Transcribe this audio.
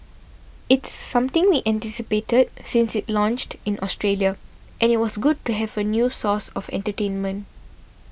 it's something we anticipated since it launched in Australia and it was good to have a new source of entertainment